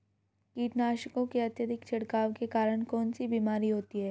कीटनाशकों के अत्यधिक छिड़काव के कारण कौन सी बीमारी होती है?